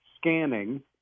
scanning